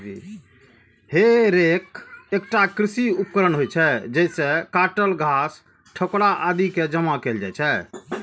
हे रैक एकटा कृषि उपकरण होइ छै, जइसे काटल घास, ठोकरा आदि कें जमा कैल जाइ छै